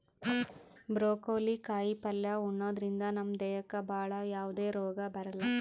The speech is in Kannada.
ಬ್ರೊಕೋಲಿ ಕಾಯಿಪಲ್ಯ ಉಣದ್ರಿಂದ ನಮ್ ದೇಹಕ್ಕ್ ಭಾಳ್ ಯಾವದೇ ರೋಗ್ ಬರಲ್ಲಾ